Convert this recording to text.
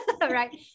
right